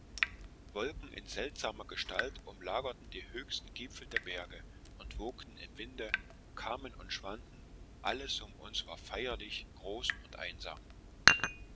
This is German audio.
wolken in seltsamer gestalt umlagerten die höchsten gipfel der berge und wogten im winde kamen und schwanden alles um uns war feierlich groß und einsam